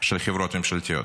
של חברות ממשלתיות.